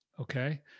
Okay